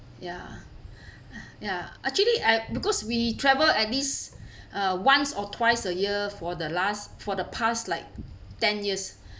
ya ya actually I because we travel at least uh once or twice a year for the last for the past like ten years